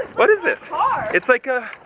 what is this? ah it's like a.